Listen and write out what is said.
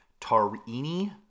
Tarini